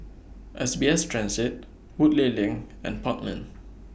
S B S Transit Woodleigh LINK and Park Lane